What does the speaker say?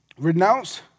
Renounce